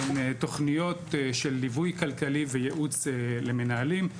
הן תוכניות של ליווי כלכלי וייעוץ למנהלים.